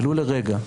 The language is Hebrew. ולו לרגע,